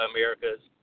Americas